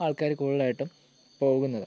ആൾക്കാർ കൂടുതലായിട്ടും പോകുന്നത്